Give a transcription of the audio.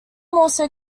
also